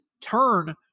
turn –